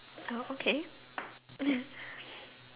oh okay